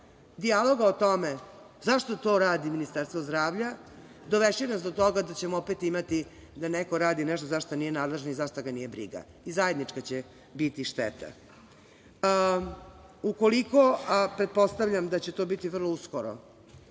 dijaloga o tome zašto to radi Ministarstvo zdravlja, dovešće nas do toga da ćemo opet imati da neko radi nešto za šta nije nadležan i za šta ga nije briga i zajednička će biti šteta. Ukoliko, a pretpostavljam da će to biti vrlo uskoro,